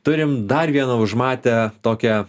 turim dar vieną užmatę tokią